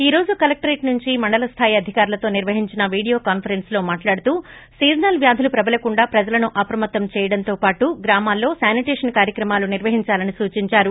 ఈ రోజు కలెక్టరేట్ నుంచి మండల స్లాయి అధికారులతో నిర్వహించిన వీడియో కాన్సరెస్స్ లో మాట్లాడుతూ సీజనల్ వ్యాధులు ప్రబలకుండా ప్రజలను అప్రమత్తం చేయడంతోపాటు గ్రామాల్లో శానిటేషన్ కార్యక్రమాలు నిర్వహిందాలని సూచిందారు